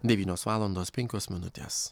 devynios valandos penkios minutės